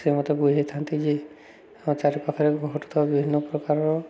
ସେ ମୋତେ ବୁଝାଇଥାନ୍ତି ଯେ ଆମ ଚାରିପାଖରେ ଘଟୁଥିବା ବିଭିନ୍ନ ପ୍ରକାରର